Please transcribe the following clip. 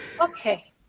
Okay